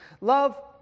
Love